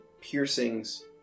piercings